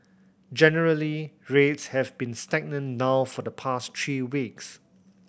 generally rates have been stagnant now for the past three weeks